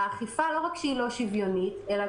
לא רק שהאכיפה לא שוויונית אלא,